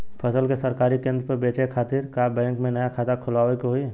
फसल के सरकारी केंद्र पर बेचय खातिर का बैंक में नया खाता खोलवावे के होई?